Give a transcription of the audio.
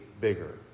bigger